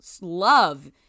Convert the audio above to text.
love